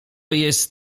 jest